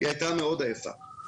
היא הייתה מאוד עייפה.